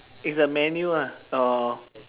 is the manual lah or